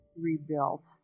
rebuilt